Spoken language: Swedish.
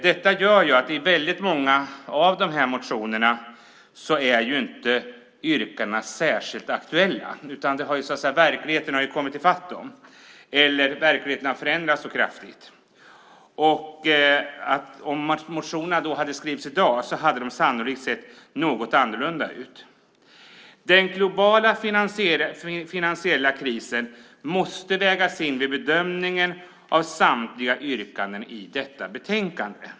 Detta gör att i många av motionerna är yrkandena inte särskilt aktuella. Verkligheten har kommit ifatt dem, eller så har verkligheten förändrats kraftigt. Om motionerna hade väckts i dag hade de sannolikt sett något annorlunda ut. Den globala finansiella krisen måste vägas in vid bedömningen av samtliga yrkanden i detta betänkande.